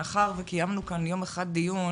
מאחר וקיימנו כאן יום אחד דיון